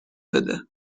بده